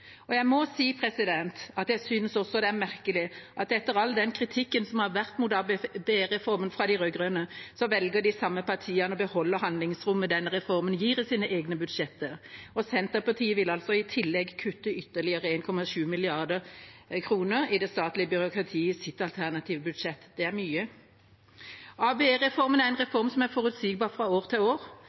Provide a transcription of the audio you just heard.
ostehøvelkutt. Jeg må si jeg synes det er merkelig at etter all den kritikken som har vært mot ABE-reformen fra de rød-grønne, velger de samme partiene å beholde handlingsrommet den reformen gir, i sine egne budsjetter. Senterpartiet vil i tillegg kutte ytterligere 1,7 mrd. kr i det statlige byråkratiet i sitt alternative budsjett. Det er mye. ABE-reformen er en reform som er forutsigbar fra år til år.